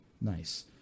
Nice